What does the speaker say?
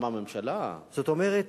אני אומר,